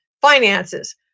finances